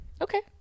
Okay